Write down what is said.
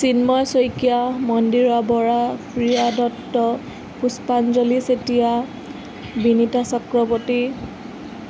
Chinmoy Saikia Mandira Bora Priya Dutta Pushpanjali Chetia Binita Chakraborty